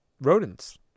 rodents